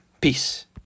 peace